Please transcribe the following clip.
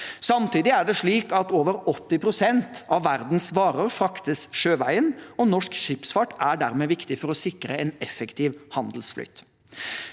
Samtidig er det slik at over 80 pst. av verdens varer fraktes sjøveien, og norsk skipsfart er dermed viktig for å sikre en effektiv handelsflyt.